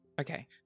okay